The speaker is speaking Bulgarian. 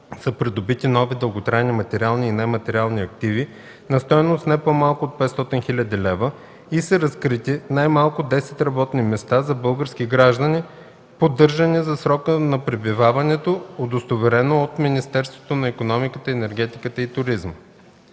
са придобити нови дълготрайни материални и нематериални активи на стойност не по-малко от 250 000 лв. и са разкрити най-малко 5 работни места за български граждани, поддържани за срока на пребиваването, удостоверено от Министерството на икономиката, енергетиката и туризма.”